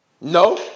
No